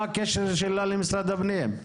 מה הקשר שלה למשרד הפנים?